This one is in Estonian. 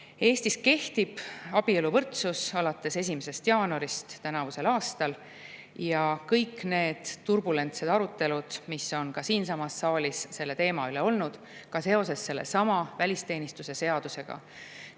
on. Eestis kehtib abieluvõrdsus alates 1. jaanuarist tänavusel aastal. Ja kõik need turbulentsed arutelud, mis on ka siinsamas saalis selle teema üle olnud, ka seoses sellesama välisteenistuse seadusega,